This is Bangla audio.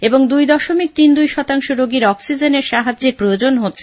এবং দুই দশমিক তিন দুই শতাংশ রোগীর অক্সিজেনের সাহায্যের প্রয়োজন হচ্ছে